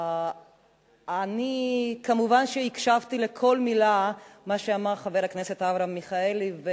אני כמובן הקשבתי לכל מלה שאמר חבר הכנסת אברהם מיכאלי.